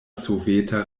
soveta